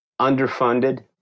underfunded